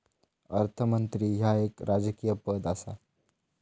अर्थमंत्री ह्या एक राजकीय पद आसा